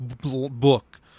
book